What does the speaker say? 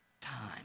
time